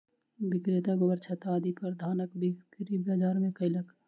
विक्रेता गोबरछत्ता आदि पदार्थक बिक्री बाजार मे कयलक